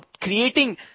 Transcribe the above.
creating